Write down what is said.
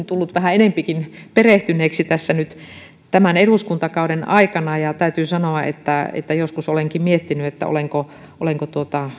tullut vähän enempikin perehtyneeksi nyt tämän eduskuntakauden aikana ja täytyy sanoa että että joskus olenkin miettinyt olenko olenko